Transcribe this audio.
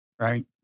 Right